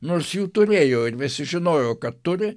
nors jų turėjo ir visi žinojo kad turi